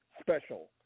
special